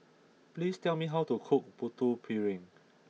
please tell me how to cook Putu Piring